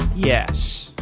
yes.